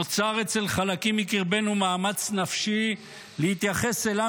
נוצר אצל חלקים בקרבנו מאמץ נפשי להתייחס אל עם